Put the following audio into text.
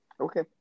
Okay